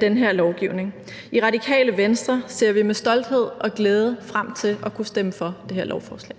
den her lovgivning. I Radikale Venstre ser vi med stolthed og glæde frem til at kunne stemme for det her lovforslag.